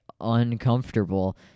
uncomfortable